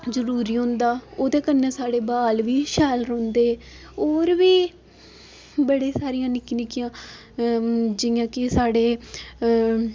जरूरी होंदा ओह्दे कन्नै साढ़े बाल बी शैल रौंहदे होर बी बड़ी सारियां निक्कियां निक्कियां जियां कि साढ़े